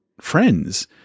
friends